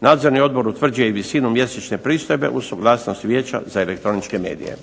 Nadzorni odbor utvrđuje i visinu mjesečne pristojbe, uz suglasnost Vijeća za elektroničke medije.